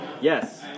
Yes